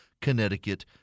Connecticut